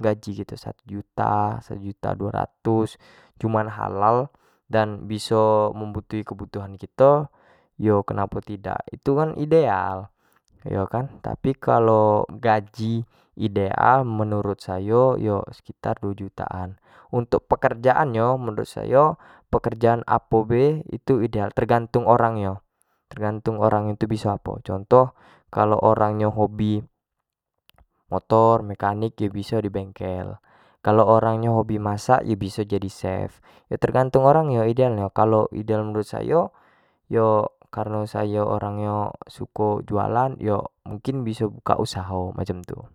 gaji kito satu juta, sejuat duo ratus, cuman halal dan biso membutuhi kebutuhan kito, yo kenapo tidak, itu kan idealyo kan, tapi kalua gaji ideal menurut sayo yo sekitar duo juta an, untuk pekerjaan nyo menurut sayo pekerjaan ap be itu ideal, tergantung orang nyo, tergantung orang itu biso apo, contoh orang tu hobi motor, mekanik orang tu biso di bengkel, kalau orang nyo biso masak bisa jadi chef, yo tergantung orang nyo ideal nyo, kalau ideal menurut sayo yo kareno sayo orang nyo suko jualan yo mungkin bisa buka usaha yo macam tu.